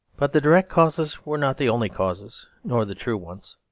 but the direct causes were not the only causes, nor the true ones.